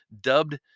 dubbed